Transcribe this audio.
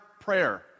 prayer